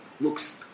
looks